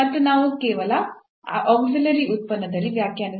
ಮತ್ತು ನಾವು ಕೇವಲ ಆಕ್ಸಿಲಿಯೇರಿ ಉತ್ಪನ್ನದಲ್ಲಿ ವ್ಯಾಖ್ಯಾನಿಸುತ್ತೇವೆ